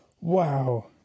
Wow